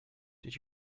did